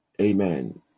Amen